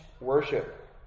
worship